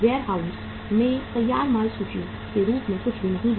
warehouse में तैयार माल सूची के रूप में कुछ भी नहीं है